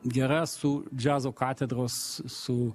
gera su džiazo katedros su